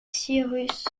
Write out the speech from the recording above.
cyrus